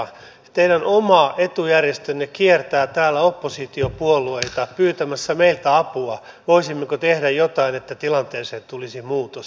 teidän oma etujärjestönne kiertää täällä oppositiopuolueita pyytämässä meiltä apua voisimmeko tehdä jotain että tilanteeseen tulisi muutos